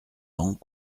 ans